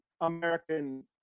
American